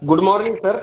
good morning sir